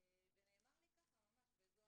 ונאמר לי ככה ממש בזו